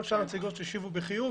כל שאר הנציגויות שהשיבו בחיוב